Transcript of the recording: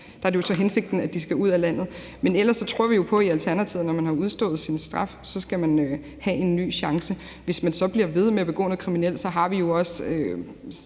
der er det jo så hensigten, at de skal ud af landet. Men ellers tror vi jo på i Alternativet, at når man har udstået sin straf, skal man have en ny chance. Hvis man så bliver ved med at begå noget kriminelt, har vi jo også